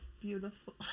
Beautiful